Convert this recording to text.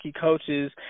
coaches